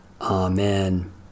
Amen